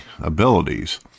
abilities